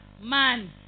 man